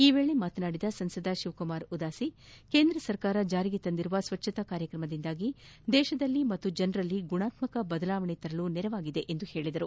ಈ ವೇಳೆ ಮಾತನಾಡಿದ ಸಂಸದ ಶಿವಕುಮಾರ ಉದಾಸಿ ಕೇಂದ್ರ ಸರ್ಕಾರ ಜಾರಿಗೆ ತಂದಿರುವ ಸ್ವಚ್ಚತಾ ಕಾರ್ಯಕ್ರಮದಿಂದಾಗಿ ದೇಶದಲ್ಲಿ ಮತ್ತು ಜನರಲ್ಲಿ ಗುಣಾತ್ಮಕ ಬದಲಾವಣೆ ತರಲು ನೆರವಾಗಿದೆ ಎಂದು ಹೇಳಿದರು